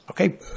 Okay